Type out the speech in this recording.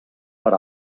per